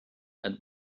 and